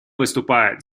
выступает